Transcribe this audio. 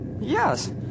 yes